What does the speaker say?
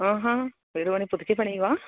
ആഹാ വീട് പണി പുതുക്കി പണിയുവാണ്